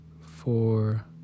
four